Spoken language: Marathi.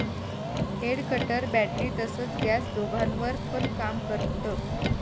हेड कटर बॅटरी तसच गॅस दोघांवर पण काम करत